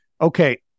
okay